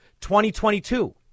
2022